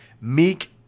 meek